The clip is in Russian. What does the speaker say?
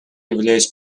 являюсь